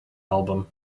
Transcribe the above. album